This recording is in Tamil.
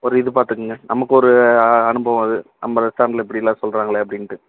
ஒரு இது பார்த்துக்குங்க நமக்கு ஒரு அனுபவம் அது நம்ப ரெஸ்டாரண்டில் இப்படிலாம் சொல்லுறாங்களே அப்படின்ட்டு